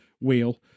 wheel